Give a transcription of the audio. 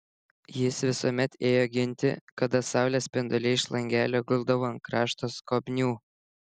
jis visuomet ėjo ginti kada saulės spinduliai iš langelio guldavo ant krašto skobnių